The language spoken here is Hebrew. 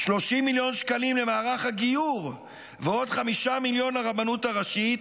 30 מיליון שקלים למערך הגיור ועוד 5 מיליון לרבנות הראשית,